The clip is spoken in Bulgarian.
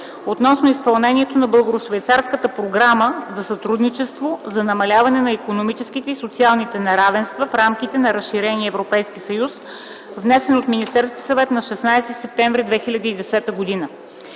относно изпълнението на Българо-швейцарската програма за сътрудничество за намаляване на икономическите и социалните неравенства в рамките на разширения Европейски съюз, внесен от Министерския съвет на 16 септември 2010 г.